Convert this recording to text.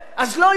אז לא יראו?